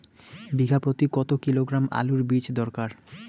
বিঘা প্রতি কত কিলোগ্রাম আলুর বীজ দরকার?